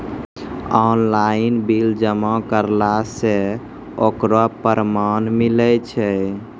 Online bill जमा करला से ओकरौ परमान मिलै छै?